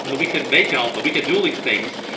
ah we can make alpha. we can do all these things,